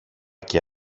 και